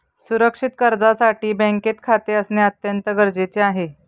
सुरक्षित कर्जासाठी बँकेत खाते असणे अत्यंत गरजेचे आहे